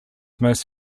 most